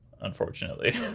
unfortunately